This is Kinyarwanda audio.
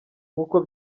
nkuko